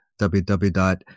www